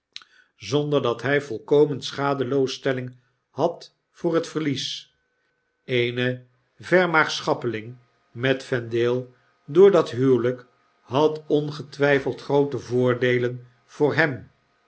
zonder dat hij volkomen schacleloosstelling had voor het verlies eene vermaagschapping met vendale door dat huwelijk had ongetwjjfeld groote voordeelen voor hem